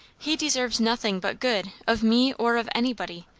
he deserves nothing but good, of me or of anybody.